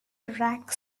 rak